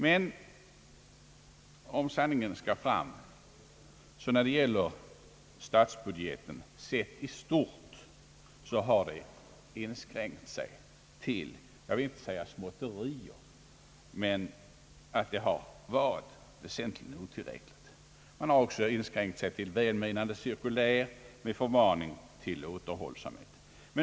Men om sanningen skall fram har åtgärderna när det gäller statsbudgeten i stort sett inskränkt sig till, jag vill inte säga småtterier men helt otillräckliga åtgärder och välmenande cirkulär med förmaning till återhållsamhet.